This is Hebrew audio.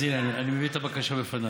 אז הינה, אני מביא את הבקשה לפנייך.